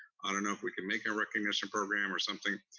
i don't know if we can make a recognition program or something,